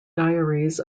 diaries